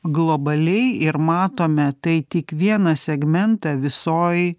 globaliai ir matome tai tik vieną segmentą visoj